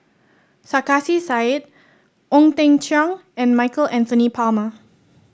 Sarkasi Said Ong Teng Cheong and Michael Anthony Palmer